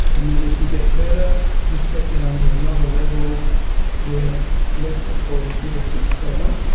and then as you get better you step down to another level where less support is needed and so on.